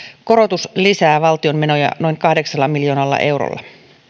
korotus lisää valtion menoja noin kahdeksalla miljoonalla eurolla